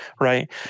Right